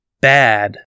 bad